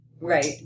right